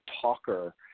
talker